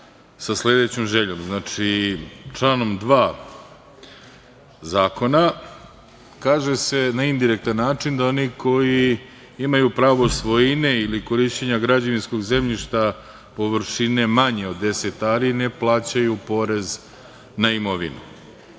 sa sledećom željom. Znači, članom 2. zakona kaže se na indirektan način da oni koji imaju pravo svojine ili korišćenja građevinskog zemljišta površine manje od 10 ari ne plaćaju porez na imovinu.